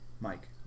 Mike